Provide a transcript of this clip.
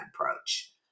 approach